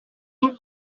mine